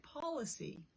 policy